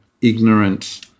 ignorant